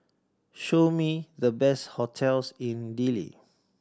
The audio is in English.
show me the best hotels in Dili